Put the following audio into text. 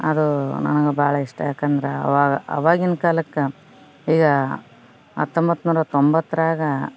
ಅದು ನನಗೆ ಬಹಳ ಇಷ್ಟ ಯಾಕಂದ್ರ ಆವಾಗ ಆವಾಗಿನ ಕಾಲಕ್ಕ ಈಗ ಹತ್ತೊಂಬತ್ನೂರ ತೊಂಬತ್ತರಾಗ